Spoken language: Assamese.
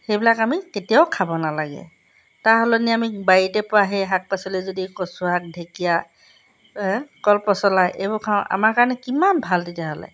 সেইবিলাক আমি কেতিয়াও খাব নালাগে তাৰ সলনি আমি বাৰীতে পোৱা সেই শাক পাচলি যদি কচু শাক ঢেকীয়া কলপচলা এইবোৰ খাওঁ আমাৰ কাৰণে কিমান ভাল তেতিয়াহ'লে